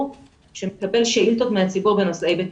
שמקבל שאילתות מהציבור בנושאי בטיחות.